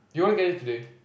do you want to get it today